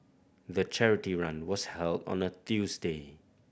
the charity run was held on a Tuesday